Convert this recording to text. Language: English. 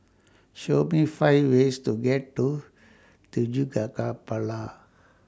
Show Me five ways to get to